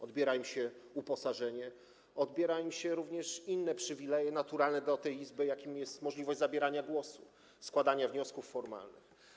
Odbiera im się uposażenie, odbiera im się również inne przywileje naturalne w tej Izbie, jakimi jest możliwość zabierania głosu, składania wniosków formalnych.